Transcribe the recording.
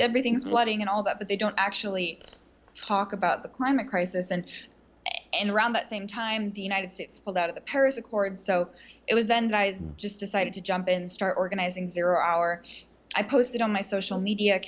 everything's blooding and all that but they don't actually talk about the climate crisis and and around that same time the united states pulled out of the paris accord so it was then that i just decided to jump in and start organizing zero hour i posted on my social media